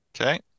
Okay